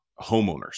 homeowners